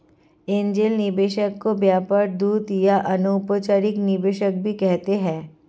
angel निवेशक को व्यापार दूत या अनौपचारिक निवेशक भी कहते हैं